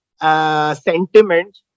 sentiment